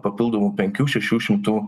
papildomų penkių šešių šimtų